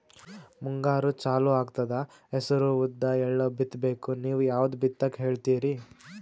ಮುಂಗಾರು ಚಾಲು ಆಗ್ತದ ಹೆಸರ, ಉದ್ದ, ಎಳ್ಳ ಬಿತ್ತ ಬೇಕು ನೀವು ಯಾವದ ಬಿತ್ತಕ್ ಹೇಳತ್ತೀರಿ?